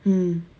hmm